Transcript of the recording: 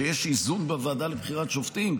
שיש איזון בוועדה לבחירת שופטים.